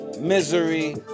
misery